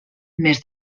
més